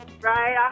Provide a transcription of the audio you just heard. Right